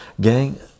gang